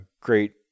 great